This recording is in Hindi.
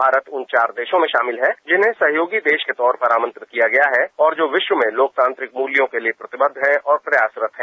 भारत उन चार देशों में शामिल है जिन्हें सहयोगी देश के तौर पर आमंत्रित किया गया है और जो विश्व में लोकतांत्रिक मूल्यों के लिए प्रतिबद्ध हैं और प्रयासरत हैं